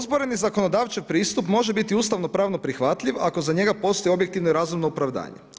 Zakonodavčev pristup može biti ustavno-pravno prihvatljiv ako za njega postoji objektivno razumno opravdanje.